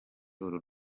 uru